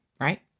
right